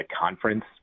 conference